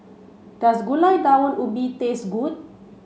does Gulai Daun Ubi taste good